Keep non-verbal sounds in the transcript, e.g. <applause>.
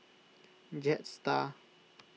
Jetstar <noise>